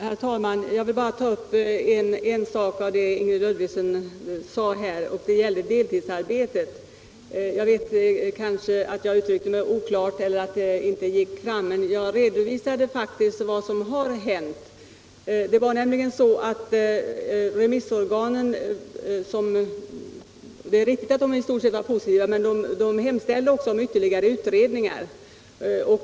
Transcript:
Herr talman! Jag vill bara ta upp en sak av det Ingrid Ludvigsson sade här, och det gäller deltidsarbetet. Det kan hända att jag uttryckte mig oklart eller att det inte gick fram, men jag redovisade faktiskt vad som har hänt. Det är riktigt att remissorganen i stort sett var positiva, men de hem 31 ställde också om ytterligare utredning.